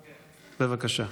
בבקשה.